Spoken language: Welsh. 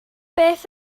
beth